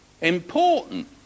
important